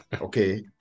Okay